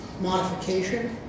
modification